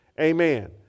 Amen